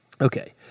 Okay